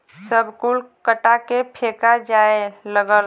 सब कुल कटा के फेका जाए लगल